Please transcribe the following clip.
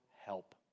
help